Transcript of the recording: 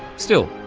still,